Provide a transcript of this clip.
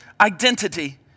identity